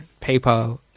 PayPal